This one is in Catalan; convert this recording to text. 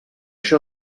això